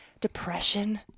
Depression